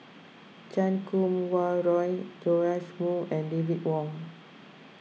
Chan Kum Wah Roy Joash Moo and David Wong